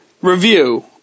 review